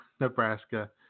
Nebraska